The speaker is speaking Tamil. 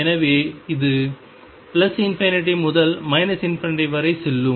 எனவே இது ∞ முதல் ∞ வரை செல்லும்